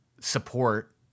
support